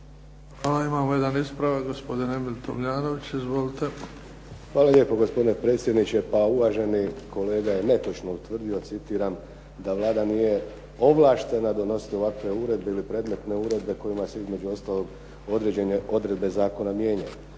Hvala. Imamo jedan ispravak, gospodin Emil Tomljanović. Izvolite. **Tomljanović, Emil (HDZ)** Hvala lijepo. Gospodine predsjedniče. Uvaženi kolega je netočno utvrdio, citiram, da Vlada nije ovlaštena donositi ovakve uredbe ili predmetne uredbe kojima se između ostalog određene odredbe zakona mijenjaju.